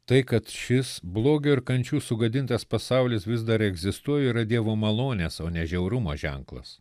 tai kad šis blogio ir kančių sugadintas pasaulis vis dar egzistuoja yra dievo malonės o ne žiaurumo ženklas